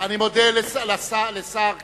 אני מודה לשר כחלון,